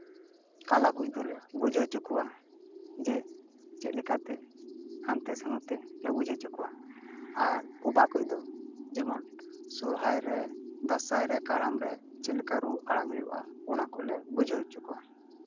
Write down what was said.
ᱠᱟᱞᱟ ᱠᱩᱡ ᱫᱚᱞᱮ ᱵᱩᱡᱷᱟᱹᱣ ᱦᱚᱪᱚ ᱠᱚᱣᱟ ᱡᱮ ᱪᱮᱫ ᱞᱮᱠᱟᱛᱮ ᱦᱟᱱᱛᱮ ᱥᱮ ᱱᱚᱛᱮ ᱞᱮ ᱵᱩᱡᱽ ᱦᱚᱪᱚ ᱠᱚᱣᱟ ᱟᱨ ᱵᱳᱵᱟ ᱠᱩᱡ ᱫᱚ ᱡᱮᱢᱚᱱ ᱥᱚᱨᱦᱟᱭ ᱨᱮ ᱫᱟᱸᱥᱟᱭ ᱨᱮ ᱠᱟᱨᱟᱢ ᱨᱮ ᱪᱮᱫ ᱞᱮᱠᱟ ᱨᱩ ᱟᱲᱟᱝ ᱦᱩᱭᱩᱜᱼᱟ ᱚᱱᱟ ᱠᱚᱞᱮ ᱵᱩᱡᱷᱟᱹᱣ ᱦᱚᱪᱚ ᱠᱚᱣᱟ